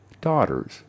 Daughters